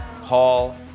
Paul